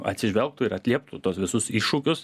atsižvelgtų ir atlieptų tuos visus iššūkius